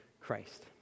Christ